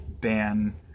ban